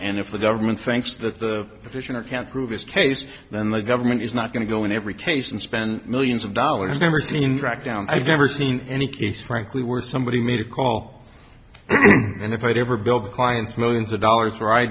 and if the government thinks that the position or can't prove this case then the government is not going to go in every case and spend millions of dollars member seen crackdown i've never seen any case frankly worth somebody made a call and if i'd ever built a client's millions of dollars